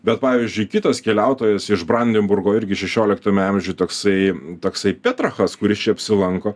bet pavyzdžiui kitas keliautojas iš brandenburgo irgi šešioliktame amžiuj toksai toksai petrachas kuris čia apsilanko